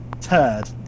turd